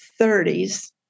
30s